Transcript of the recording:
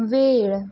वेळ